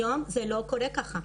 היום זה לא קורה ככה.